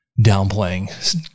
downplaying